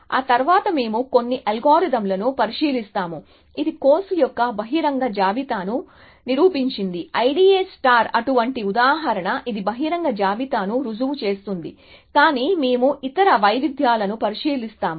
ఆ తరువాత మేము కొన్ని అల్గోరిథంలను పరిశీలిస్తాము ఇది కోర్సు యొక్క బహిరంగ జాబితాను నిరూపించింది I D A అటువంటి ఉదాహరణ ఇది బహిరంగ జాబితాను రుజువు చేస్తుంది కాని మేము ఇతర వైవిధ్యాలను పరిశీలిస్తాము